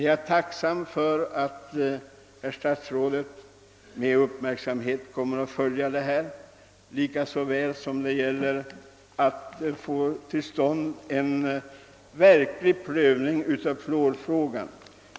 Jag är tacksam för att statsrådet med uppmärksamhet kommer att följa denna fråga liksom fluorfrågan.